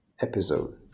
episode